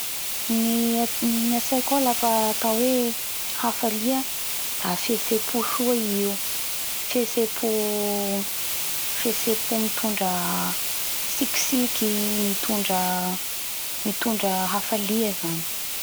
Ny ny atsaiko ao lafa atao hoe hafalia da fihetsepo soa i io fihetsepo fihetsepo mitondra tsikitsiky mitondra mitondra hafalia zany